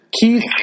Keith